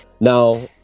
Now